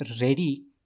ready